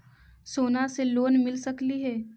सोना से लोन मिल सकली हे?